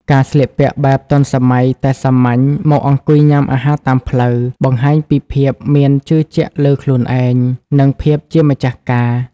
ការស្លៀកពាក់បែបទាន់សម័យតែសាមញ្ញ មកអង្គុយញ៉ាំអាហារតាមផ្លូវ បង្ហាញពីភាពមានជឿជាក់លើខ្លួនឯង និងភាពជាម្ចាស់ការ។